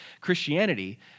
Christianity